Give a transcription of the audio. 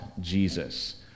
Jesus